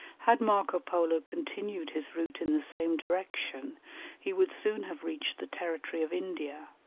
had marco polo continued his route in the same direction he would soon have reached the territory of india,